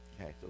Okay